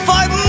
Five